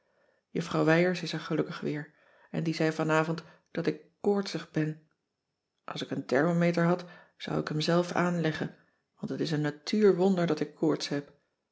juffrouw wijers is er gelukkig weer en die zei vanavond dat ik koortsig ben als ik een thermometer had zou ik hem zelf aanleggen want het is een natuurwonder dat ik koorts heb